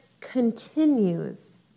continues